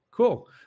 Cool